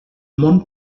món